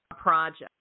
project